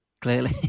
clearly